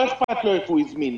לא אכפת ללקוח איפה הוא הזמין.